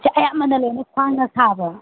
ꯁꯦ ꯑꯌꯥꯝꯕꯅ ꯂꯣꯏꯅ ꯈ꯭ꯋꯥꯡꯅ ꯁꯥꯕ꯭ꯔꯥ